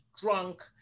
drunk